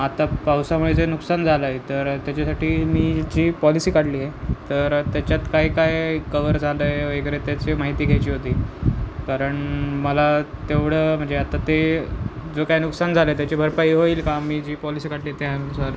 आता पावसामुळे जे नुकसान झालं आहे तर त्याच्यासाठी मी जी पॉलिसी काढली आहे तर त्याच्यात काय काय कवर झालं आहे वगैरे त्याची माहिती घ्यायची होती कारण मला तेवढं म्हणजे आता ते जो काय नुकसान झालं आहे त्याची भरपाई होईल का मी जी पॉलिसी काढली त्यानुसार